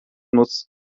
muss